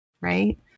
right